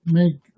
make